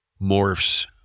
morphs